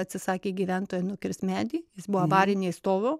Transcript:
atsisakė gyventojai nukirst medį jis buvo avarinė stovo